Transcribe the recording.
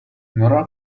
nora